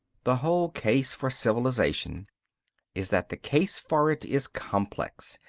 the whole case for civilization is that the case for it is complex.